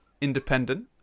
Independent